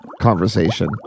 conversation